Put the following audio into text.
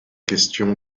question